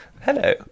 hello